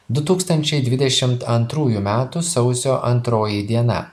du tūkstančiai dvidešimt antrųjų metų sausio antroji diena